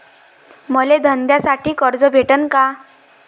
मले धंद्यासाठी कर्ज भेटन का?